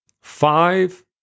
Five